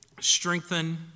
strengthen